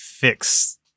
fix